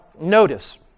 notice